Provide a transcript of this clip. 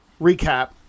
recap